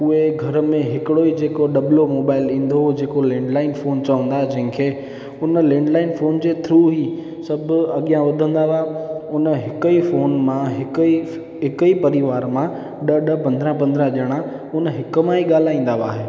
उहे घर में हिकिड़ो ई जेको डबलो मोबाइल ईंदो हो जेको लेंड लाइन फोन चवंदा हूंदा हुआ जेके हुन लेंड लाइन फोन जे थ्रू ई सभु अॻियां ॿुधंदा हुआ उन हिक ई फोन मां हिक ई हिक ई परिवार मां ॾह ॾह पंद्राहं पंद्राहं ॼणा उन हिक मां ई ॻाल्हाईंदा हुआ